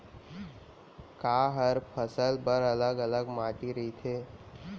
का हर फसल बर अलग अलग माटी रहिथे?